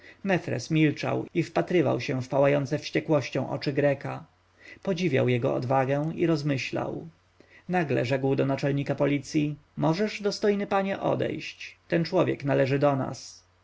milczał i wpatrywał się w pałające wściekłością oczy greka podziwiał jego odwagę i rozmyślał nagle rzekł do naczelnika policji możesz dostojny panie odejść ten człowiek należy do nas